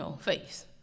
face